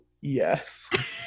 yes